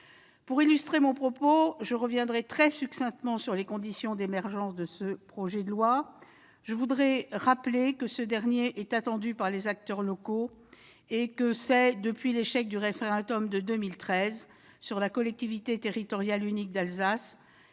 Pour illustrer mon propos, je reviendrai très succinctement sur les conditions d'émergence de ce projet de loi. Il importe d'abord de rappeler que ce dernier est attendu par les acteurs locaux depuis l'échec du référendum de 2013 sur la collectivité territoriale unique d'Alsace